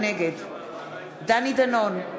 נגד דני דנון,